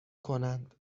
کنند